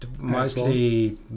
mostly